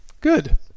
good